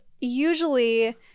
usually